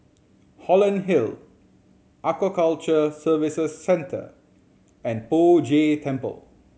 Holland Hill Aquaculture Services Centre and Poh Jay Temple